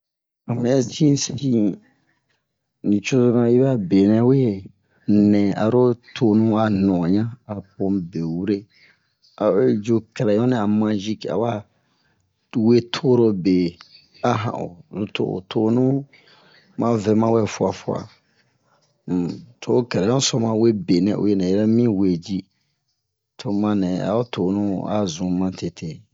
ho muyɛ si sin nucozo na yi ɓɛ'a benɛ we aro tonu a nu'onɲan apo mu be wure a o yi cu cɛrɛyon nɛ a mazik awa we torobe a han o zun to o tonu ma vɛ mawɛ fuwa-fuwa um to ho cɛrɛyon so nɛ ma wee benɛ uwe nɛ yɛrɛ mi we ji tomu ma nɛ a o tonu a zun matete